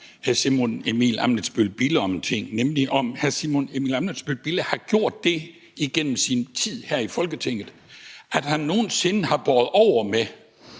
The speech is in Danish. hr. Simon Emil Ammitzbøll-Bille om en ting, nemlig om hr. Simon Emil Ammitzbøll-Bille i løbet af sin tid her i Folketinget har gjort det, at han nogen sinde har båret over med